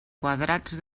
quadrats